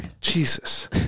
Jesus